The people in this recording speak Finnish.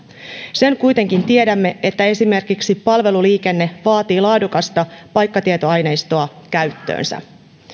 sen kuitenkin tiedämme että esimerkiksi palveluliikenne vaatii laadukasta paikkatietoaineistoa käyttöönsä